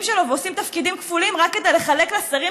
שלו ועושים תפקידים כפולים רק כדי לחלק לשרים